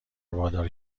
وادار